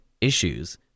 issues